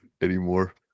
anymore